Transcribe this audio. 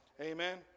Amen